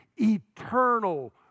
Eternal